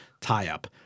tie-up